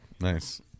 Nice